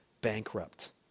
bankrupt